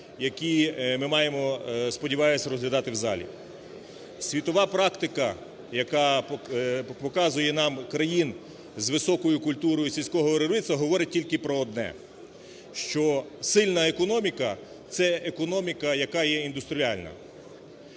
які ми маємо, сподіваюсь, розглядати в залі. Світова практика, яка показує нам країн з високою культурою сільського виробництва, говорить тільки про одне. Що сильна економіка – це економіка, яка є індустріальна.